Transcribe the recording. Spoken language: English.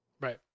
Right